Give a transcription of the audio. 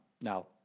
Now